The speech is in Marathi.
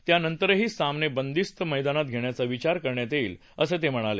त्यानंतरही सामने बंदिस्त मैदानात घेण्याचा विचार करण्यात येईल असं ते म्हणाले